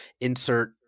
insert